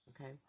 Okay